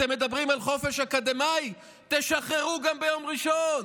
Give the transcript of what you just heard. אתם מדברים על חופש אקדמי, תשחררו גם ביום ראשון.